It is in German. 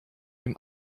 dem